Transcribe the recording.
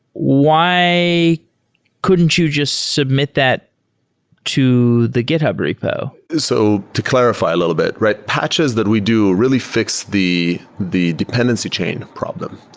why couldn't you just submit that to the github repo? so to clarify a little bit, right? patches that we do really fi x the the dependency chain problem.